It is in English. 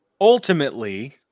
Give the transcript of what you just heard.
Ultimately